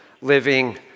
living